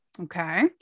Okay